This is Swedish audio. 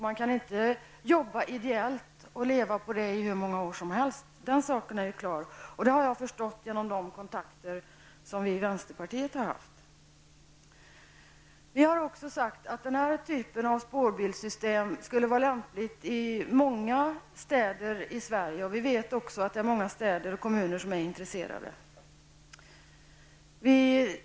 Man kan ju inte jobba ideellt och leva på sådant här arbete hur länge som helst. Den saken är klar. Jag förstår att det är så, att döma av de kontakter som vi i vänsterpartiet har haft med olika personer. Vidare har vi sagt att den typ av spårbilssystem som vi föreslår skulle vara lämplig i många städer i Sverige, och många städer och kommuner är också intresserade.